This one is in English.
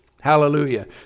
Hallelujah